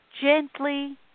gently